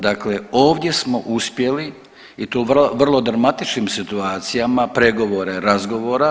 Dakle, ovdje smo uspjeli i to vrlo dramatičnim situacijama pregovore razgovora.